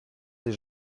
des